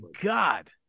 god